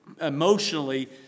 emotionally